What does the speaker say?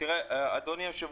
אדוני היושב-ראש,